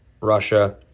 Russia